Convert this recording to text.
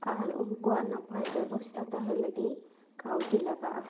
ᱟᱨ ᱩᱱᱠᱩᱭᱟᱜ ᱱᱟᱯᱟᱭ ᱵᱮᱵᱚᱥᱛᱟ ᱛᱟᱦᱮᱸ ᱞᱟᱹᱜᱤᱫ ᱠᱟᱹᱣᱰᱤ ᱞᱟᱜᱟᱜᱼᱟ